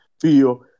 feel